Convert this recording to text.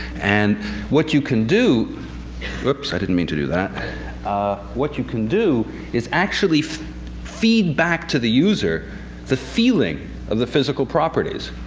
and what you can do oops, i didn't mean to do that what you can do is actually feed back to the user the feeling of the physical properties.